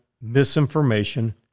misinformation